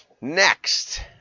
Next